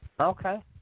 Okay